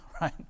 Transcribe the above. right